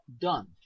done